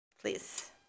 please